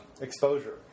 exposure